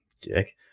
Dick